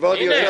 כבוד היושב-ראש.